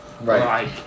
Right